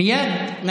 מה זה קשור לחזותי?